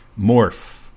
Morph